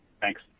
thanks